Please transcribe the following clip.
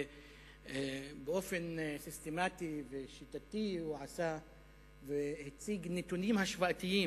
ובאופן סיסטמטי ושיטתי הוא הציג נתונים השוואתיים